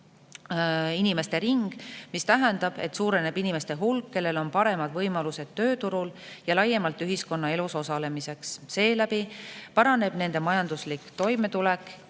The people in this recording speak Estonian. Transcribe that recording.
inimeste ring. See tähendab, et suureneb inimeste hulk, kellel on paremad võimalused tööturul ja laiemalt ühiskonnaelus osalemiseks. Selle kaudu paraneb nende majanduslik toimetulek